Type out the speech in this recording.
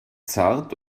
zart